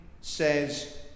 says